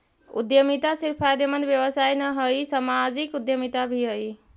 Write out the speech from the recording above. उद्यमिता सिर्फ फायदेमंद व्यवसाय न हई, सामाजिक उद्यमिता भी हई